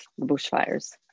bushfires